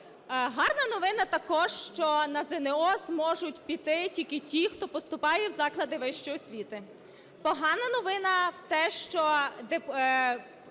Гарна новина також, що на ЗНО зможуть піти тільки ті, хто поступає в заклади вищої освіти. Погана новина – те, що